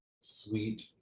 sweet